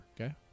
okay